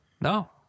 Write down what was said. No